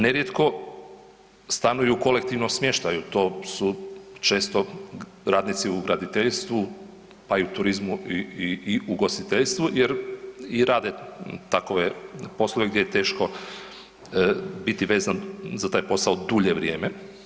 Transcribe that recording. Nerijetko stanuju u kolektivnom smještaju, to su često radnici u graditeljstvu pa i u turizmu i ugostiteljstvu jer i rade takove poslove gdje je teško biti vezan za taj posao dulje vrijeme.